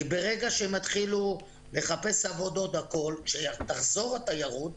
כי ברגע שהם יתחילו לחפש עבודות, כשתחזור התיירות,